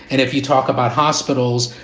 and if you talk about hospitals,